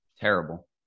Terrible